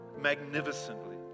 magnificently